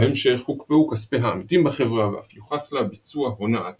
בהמשך הוקפאו כספי העמיתים בחברה ואף יוחס לה ביצוע הונאת פונזי.